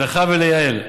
לך וליעל ולדב.